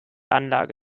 anlage